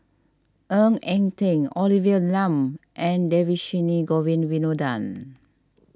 Ng Eng Teng Olivia Lum and Dhershini Govin Winodan